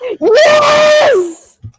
Yes